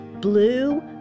blue